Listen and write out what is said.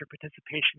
participation